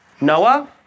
Noah